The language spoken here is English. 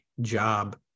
job